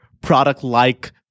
product-like